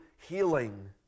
healing